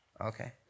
Okay